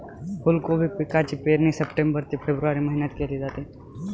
फुलकोबी पिकाची पेरणी सप्टेंबर ते फेब्रुवारी महिन्यात केली जाते